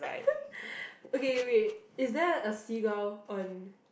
okay wait is there a seagull on